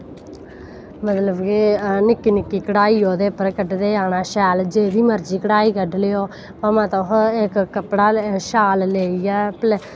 मतलव कि निक्की निक्की कढ़ाई ओह्दे पर कढदे जाना शैल जेह्ड़ी मर्जी कढ़ाई कड्डी लैओ भामैं तुसें इक कपड़ा लेइयै शाल लेइयै